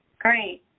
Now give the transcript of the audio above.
Great